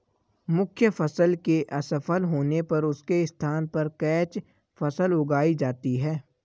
मुख्य फसल के असफल होने पर उसके स्थान पर कैच फसल उगाई जाती है